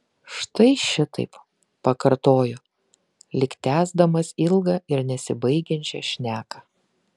štai šitaip pakartojo lyg tęsdamas ilgą ir nesibaigiančią šneką